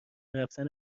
رفتن